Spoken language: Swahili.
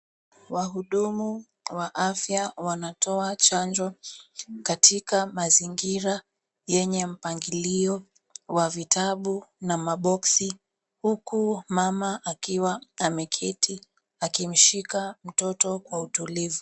Wahudumu wa afya wanatoa chanjo katika mazingira yenye mpangilio wa vitabu na {cs}maboxi{cs} huku mama akiwa ameketi akimshika mtoto kwa utulivu.